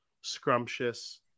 scrumptious